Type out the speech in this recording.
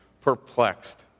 Perplexed